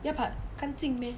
ya but 干净 meh